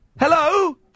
Hello